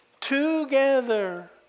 together